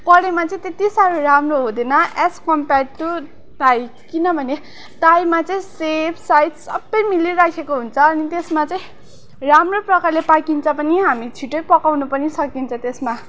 कराईमा चाहिँ त्यति साह्रो राम्रो हुँदैन एस कम्पेयर टु ताई किनभने ताईमा चाहिँ सेप साइज सबै मिलिरहेको हुन्छ अनि त्यसमा चाहिँ राम्रो प्रकारले पाकिन्छ पनि हामी छिट्टै पकाउनु पनि सकिन्छ त्यसमा